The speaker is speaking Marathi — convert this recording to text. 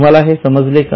तुम्हाला हे समजआहे का